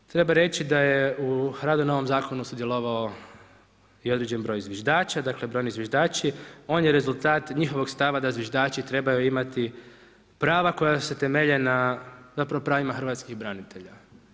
Treba reći da je u … novom zakonu sudjelovao i određeni broj zviždača, dakle, brojni zviždači, on je rezultat njihovog stava da zviždači trebaju imati prava koja se temelje na zapravo pravima hrvatskih branitelja.